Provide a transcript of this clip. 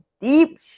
deep